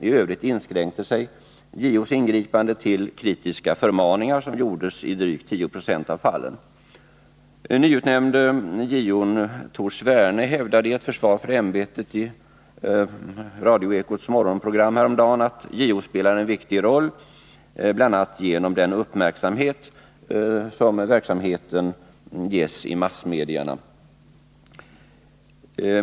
I övrigt inskränkte sig JO:s ingripanden till kritiska förmaningar, som gjordes i drygt tio procent av fallen. Nyutnämnde JO-n Tor Sverne hävdade i ett försvar för ämbetet i radioekots morgonprogram häromdagen att JO spelar en viktig roll, bla genom den uppmärksamhet verksamheten ges i massmedierna.